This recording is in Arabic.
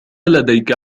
لديك